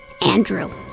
Andrew